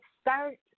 start